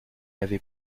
avait